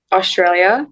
Australia